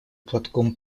платком